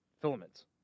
filaments